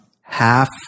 Half